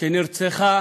שנרצחה